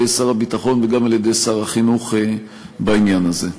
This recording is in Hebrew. שר הביטחון וגם על-ידי שר החינוך בעניין הזה.